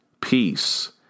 peace